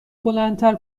بلندتر